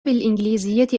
بالإنجليزية